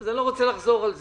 אז אני לא רוצה לחזור על זה.